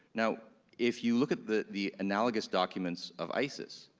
now, if you look at the the analogous documents of isis,